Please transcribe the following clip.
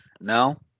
No